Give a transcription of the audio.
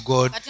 God